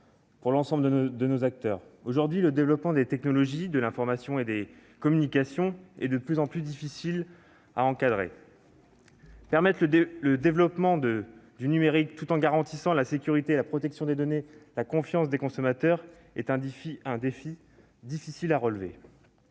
pour l'ensemble des acteurs. Aujourd'hui, le développement des technologies de l'information et des communications est de plus en plus difficile à encadrer. Permettre le développement du numérique, tout en garantissant la sécurité, la protection des données et la confiance des consommateurs, est un défi difficile à relever.